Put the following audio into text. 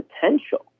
potential